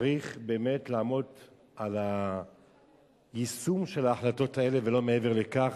צריך באמת לעמוד על היישום של ההחלטות האלה ולא מעבר לכך,